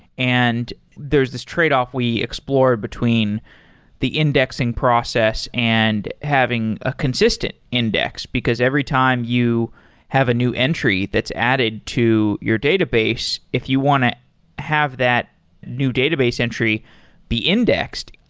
and there is this tradeoff we explored between the indexing process and having a consistent index. because every time you have a new entry that's added to your database, if you want to have that new database entry be indexed,